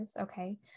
Okay